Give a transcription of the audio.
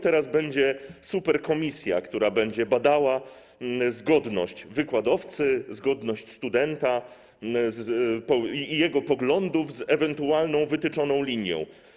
Teraz będzie superkomisja, która będzie badała zgodność wykładowcy, zgodność studenta i jego poglądów z ewentualną wytyczoną linią.